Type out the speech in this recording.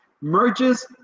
merges